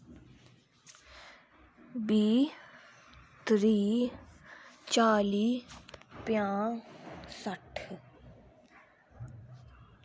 बीह् त्रीह् चाली पंजाह् सट्ठ